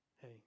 hey